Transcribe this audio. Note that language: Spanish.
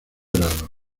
grado